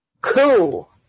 Cool